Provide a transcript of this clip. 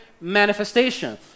manifestation